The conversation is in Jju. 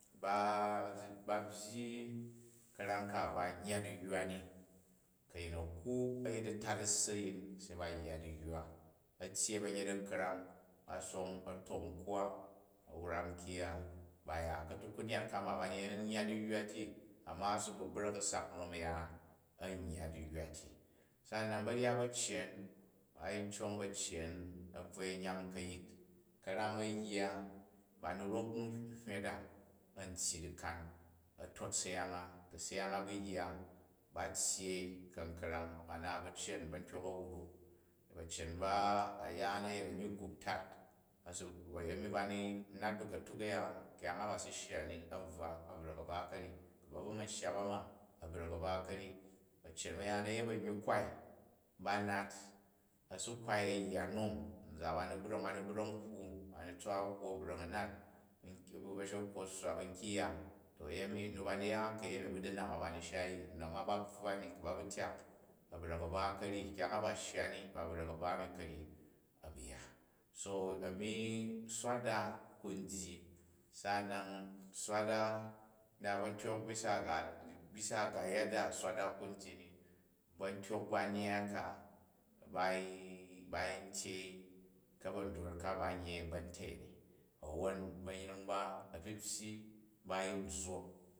Ba byyi karam ka ba nyya diywa ni. Ku a̱yin a̱ kwu a̱ yel atat a̱si a̱yin se ba yya diywa, a tyyei ba̱ryet a̱ krang, a̱ song a tok nkwa, a̱ wrang nkyary ya ba za, ka̱tuk ku nyyat ka ma, bam yem yya diywa ti amma a si bvo bra̱k a̱ sak nom yaan a̱n yya diywa ti. Sa'anan ba̱ryat ba̱cyen, ba yiii cong ba̱cyen a̱ bvoi nyenu ka̱yit, ku̱ ka̱ranu a̱ yya bani rop uhijivet a, an tyyi dikan a̱ tot syang, ku̱ syang a ba yya, ba tyyei ka̱ukrang ba naat ba̱cyen bantyok a̱ wrak, bacyen ba, a̱ yaan, a yet a̱nyyi kap tat. A̱yenu ba ni nat bn katuk aya kyang a ba si shya ni, a̱ bvwa a̱ bra̱k a̱ ba karyi ku̱ ba bvk ma shya ba mu, a̱ brak a̱ba karyi. Ba̱cyen bayaan a yet ba̱ryaji kwari ba nat, a si kwai, a̱ yya nnom, anzan ba ni brang, ba in bra̱ng bwa, ba ni tswa hwu a̱ bra̱ng a̱ nat, bu ba̱she kwot sswa bu kyang-ya, to a̱yemi nu ba ni ya kayemi bu danam a bani shai i, unon a ba bvwaw ni ku ba bu tyak, a̱ brak a̱ ba kyang a ba shya ni, ba bra̱k a̱ ba mi karyi a̱ ba ya. So a̱nu swat a̱ kun dyi, sa'awan swat da, na ba cong bisa ga yada swat a ku n dyi ni ba̱ntyok ba nyyai ka ba yin ba yin tyei ka̱ba̱drot ka ban yei ba̱nte ni a̱wroon ba̱nyring ba a̱pyi pyi ba yin zzop.